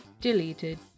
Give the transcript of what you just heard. Deleted